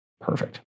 Perfect